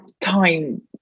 time